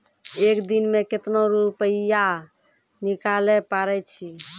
एक दिन मे केतना रुपैया निकाले पारै छी?